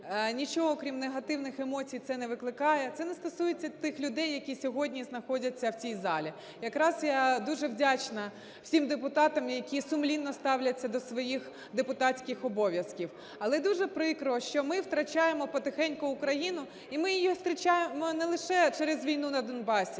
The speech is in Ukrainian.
нічого, крім негативних емоцій це не викликає. Це не стосується тих людей, які сьогодні знаходяться в цій залі. Якраз я дуже вдячна всім депутатам, які сумлінно ставляться до своїх депутатських обов'язків. Але дуже прикро, що ми втрачаємо потихеньку Україну, і ми втрачаємо не лише через війну на Донбасі,